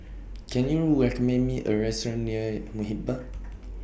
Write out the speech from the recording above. Can YOU recommend Me A Restaurant near Muhibbah